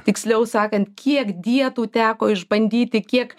tiksliau sakant kiek dietų teko išbandyti kiek